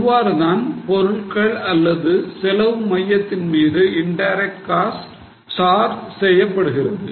இவ்வாறு தான் பொருள்கள் அல்லது செலவு மையத்தின் மீது இன்டைரக்ட் காஸ்ட் சார்ஜ் செய்யப்படுகிறது